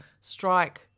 Strike